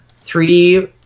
three